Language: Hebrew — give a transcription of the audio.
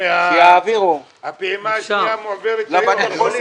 הפעימה השנייה מועברת היום.